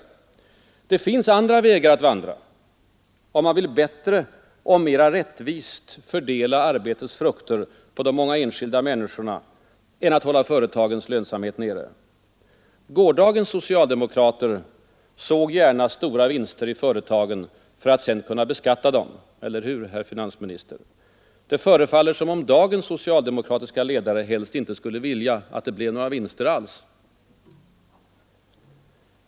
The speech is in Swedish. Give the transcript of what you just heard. Och det finns andra vägar att vandra, om man vill bättre och mer rättvist fördela arbetets frukter på de många enskilda människorna, än att hålla företagens lönsamhet nere. Gårdagens socialdemokrater såg gärna stora vinster i företagen för att senare kunna beskatta dem — eller hur, herr finansminister? Det förefaller som om dagens socialdemokratiska ledare helst inte skulle vilja att det blev några vinster alls.